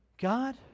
God